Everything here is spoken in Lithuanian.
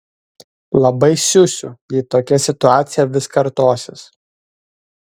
labai siusiu jei tokia situacija vis kartosis